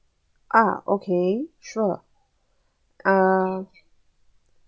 ah okay sure uh